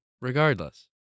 regardless